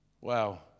Wow